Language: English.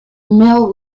mill